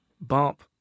bump